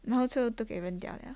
然后就都给扔掉了